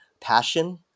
passion